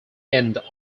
end